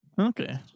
okay